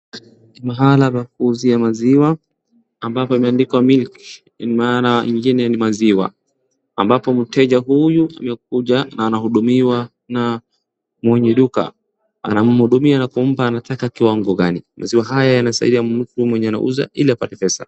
Mahla pa kuuzia maziwa ambapo imeandikwa Milk maana ingine ni maziwa. Ambapo mteja huyu amekuja na anahudumiwa na mwenye duka. Anamhudumia na kumpa anataka kiwango gani. Maziwa haya yanasaidia mtu anayeuza ili apate pesa.